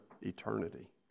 eternity